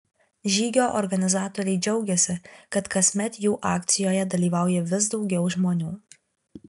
žygio organizatoriai džiaugiasi kad kasmet jų akcijoje dalyvauja vis daugiau žmonių